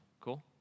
Cool